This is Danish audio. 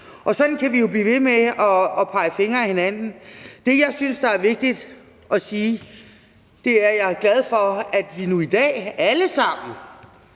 Og sådan kan vi jo blive ved med at pege fingre ad hinanden. Det, jeg synes, der er vigtigt at sige, er, at jeg er glad for, at vi nu i dag alle sammen